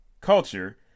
culture